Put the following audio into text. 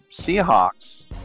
Seahawks